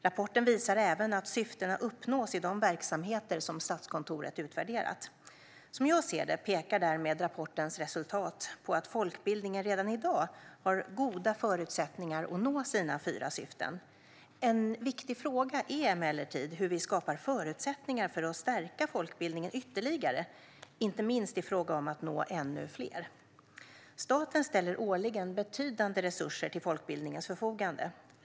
Rapporten visar även att syftena uppnås i de verksamheter som Statskontoret utvärderat. Som jag ser det pekar därmed rapportens resultat på att folkbildningen redan i dag har goda förutsättningar att nå sina fyra syften. En viktig fråga är emellertid hur vi skapar förutsättningar för att stärka folkbildningen ytterligare, inte minst i fråga om att nå ännu fler. Staten ställer årligen betydande resurser till folkbildningens förfogande.